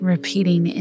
repeating